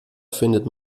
findet